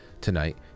tonight